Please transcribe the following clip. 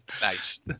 Nice